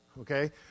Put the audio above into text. okay